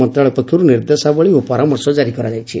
ମନ୍ତଶାଳୟ ପକ୍ଷରୁ ନିର୍ଦ୍ଦେଶାବଳୀ ଓ ପରାମର୍ଶ ଜାରି କରାଯାଇଛି